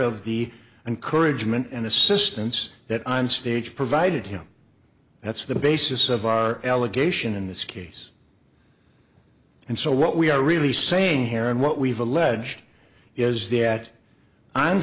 of the encourage men and assistance that on stage provided him that's the basis of our allegation in this case and so what we are really saying here and what we've alleged is that on